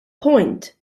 point